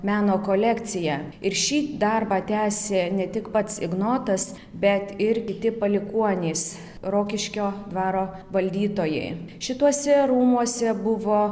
meno kolekciją ir šį darbą tęsė ne tik pats ignotas bet ir kiti palikuonys rokiškio dvaro valdytojai šituose rūmuose buvo